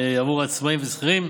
הוראות לעניין פיקדון חיילים משוחררים